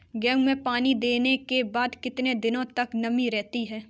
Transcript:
गेहूँ में पानी देने के बाद कितने दिनो तक नमी रहती है?